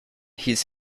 his